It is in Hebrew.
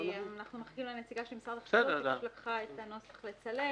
אנחנו מחכים לנציגה של משרד החקלאות; היא פשוט לקחה את הנוסח לצלם.